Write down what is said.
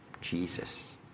Jesus